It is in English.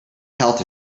health